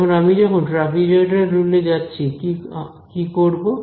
এখন আমি যখন ট্রাপিজয়ডাল রুল এ যাচ্ছি কি করব